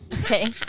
okay